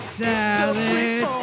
salad